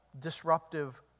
disruptive